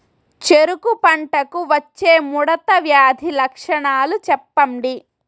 చెరుకు పంటకు వచ్చే ముడత వ్యాధి లక్షణాలు చెప్పండి?